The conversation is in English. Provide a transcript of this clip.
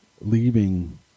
leaving